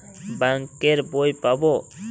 Bank এর বই পাবো?